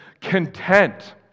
content